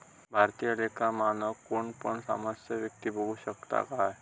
भारतीय लेखा मानक कोण पण सामान्य व्यक्ती बघु शकता काय?